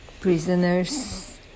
prisoners